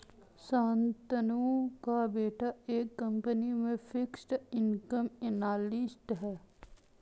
शांतनु का बेटा एक कंपनी में फिक्स्ड इनकम एनालिस्ट है